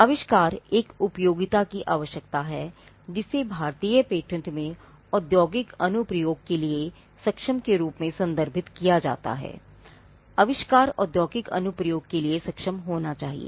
आविष्कार की उपयोगिता एक आवश्यकता है जिसे भारतीय पेटेंट में औद्योगिक अनुप्रयोग के लिए सक्षम के रूप में संदर्भित किया जाता है कि आविष्कार औद्योगिक अनुप्रयोग के लिए सक्षम होना चाहिए